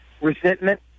resentment